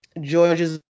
George's